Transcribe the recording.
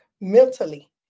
mentally